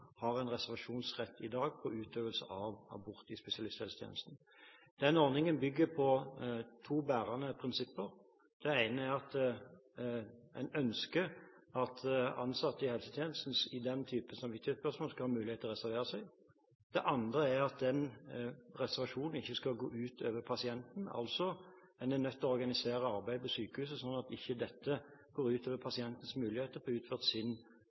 har en reservasjonsrett i dag på utøvelse av abort i spesialisthelsetjenesten. Den ordningen bygger på to bærende prinsipper. Det ene er at man ønsker at ansatte i helsetjenesten i den typen samvittighetsspørsmål skal ha muligheten til å reservere seg. Det andre er at den reservasjonen ikke skal gå ut over pasienten. Man blir altså nødt til å organisere arbeidet på sykehuset sånn at det ikke går ut over pasientens muligheter og rettigheter til å få utført